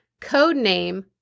codename